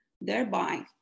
thereby